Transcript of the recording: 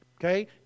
okay